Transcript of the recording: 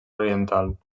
oriental